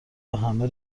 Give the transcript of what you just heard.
وهمه